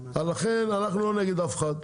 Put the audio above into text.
לכן, אנחנו לא נגד אף אחד.